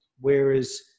Whereas